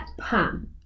Pan